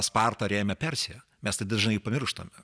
sparta rėmė persiją mes tai dažnai pamirštame